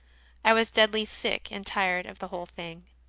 i was deadly sick and tired of the whole thing.